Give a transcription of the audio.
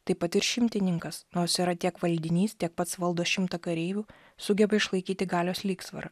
taip pat ir šimtininkas nors yra tiek valdinys tiek pats valdo šimtą kareivių sugeba išlaikyti galios lygsvarą